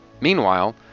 Meanwhile